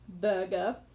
burger